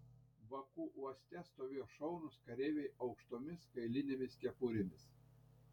baku uoste stovėjo šaunūs kareiviai aukštomis kailinėmis kepurėmis